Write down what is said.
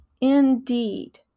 indeed